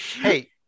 Hey